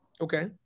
Okay